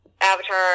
Avatar